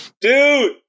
Dude